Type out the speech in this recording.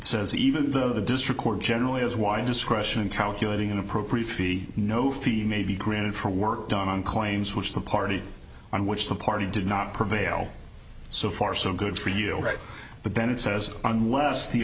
says even though the district court generally is why discretion and calculating an appropriate fee no fee may be granted for work done on claims which the party on which the party did not prevail so far so good for you all right but bennett says unless the